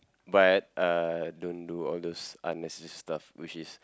but uh don't do all those unnecessary stuff which is